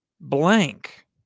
Blank